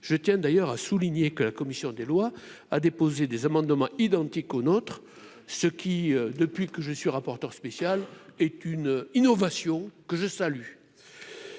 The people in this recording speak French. je tiens d'ailleurs à souligner que la commission des lois a déposé des amendements identiques aux nôtres, ce qui, depuis que je suis rapporteur spécial est une innovation que je salue